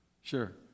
Sure